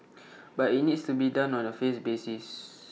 but IT needs to be done on A 'phase' basis